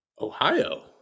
Ohio